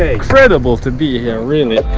incredible to be here